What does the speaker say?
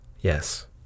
Yes